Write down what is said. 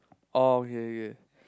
oh okay okay